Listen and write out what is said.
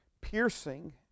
piercing